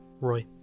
Roy